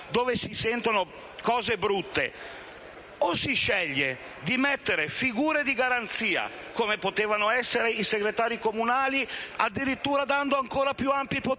cui si sentono brutte storie. O si sceglie di mettere figure di garanzia, come potevano essere i segretari comunali, addirittura dandogli poteri più ampi, o si